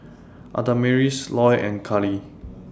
Adamaris Loy and Cali